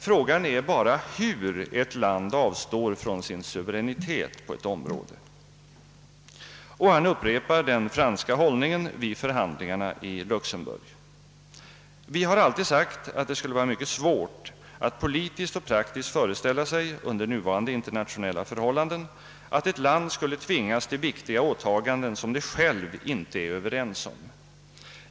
Frågan är bara hur ett land avstår från sin suveränitet på ett område. Och han upprepar den franska hållningen vid förhandlingarna i Luxemburg: »Vi har alltid sagt att det skulle vara mycket svårt att politiskt och praktiskt föreställa sig, under nuvarande internationella förhållanden, att ett land skulle tvingas till viktiga åtaganden som det självt inte är överens om.